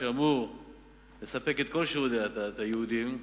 שאמור לספק את כל שירותי הדת היהודיים,